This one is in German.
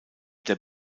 der